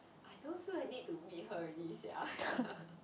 I don't feel a need to meet her already sia